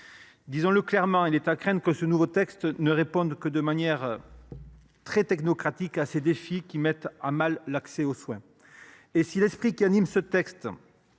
Disons le clairement : il est à craindre que ce nouveau texte ne réponde que de manière très technocratique à ces défis, qui mettent à mal l’accès aux soins. Et, si ce texte,